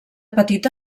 petita